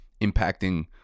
impacting